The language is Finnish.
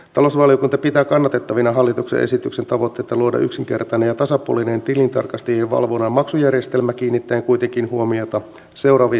talousvaliokunta pitää kannatettavina hallituksen esityksen tavoitteita luoda yksinkertainen ja tasapuolinen tilintarkastajien valvonnan maksujärjestelmä kiinnittäen kuitenkin huomiota seuraaviin seikkoihin